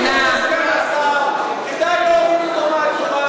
השר רשאי לסכם את הדיון.